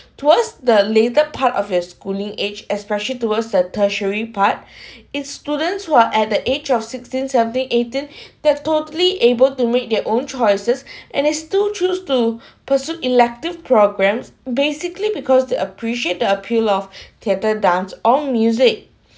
to us the later part of your schooling age especially towards the tertiary part is students who are at the age of sixteen seventeen eighteen that totally able to make their own choices and is to choose to pursue elective programmes basically because the appreciate the appeal of theatre dance on music